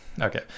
okay